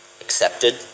accepted